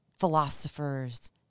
philosophers